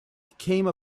came